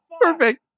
perfect